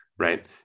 right